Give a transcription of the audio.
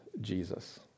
Jesus